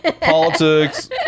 Politics